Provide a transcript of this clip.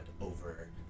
over